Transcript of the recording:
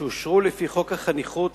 שאושרו לפי חוק החניכות,